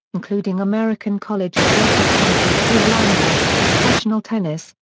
including american college athletic conference realignment, professional tennis,